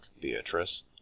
beatrice